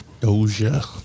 Doja